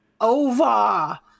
over